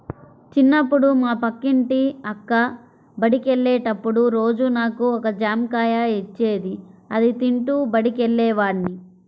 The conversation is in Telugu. చిన్నప్పుడు మా పక్కింటి అక్క బడికెళ్ళేటప్పుడు రోజూ నాకు ఒక జాంకాయ ఇచ్చేది, అది తింటూ బడికెళ్ళేవాడ్ని